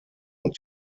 und